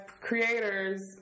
creators